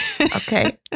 Okay